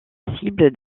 cible